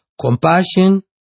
compassion